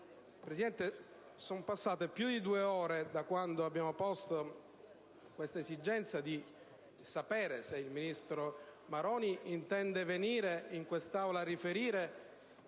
Capigruppo. Sono trascorse più di due ore da quando abbiamo posto l'esigenza di sapere se il ministro Maroni intende venire in quest'Aula a riferire,